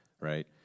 Right